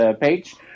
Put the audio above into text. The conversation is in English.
page